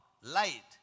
light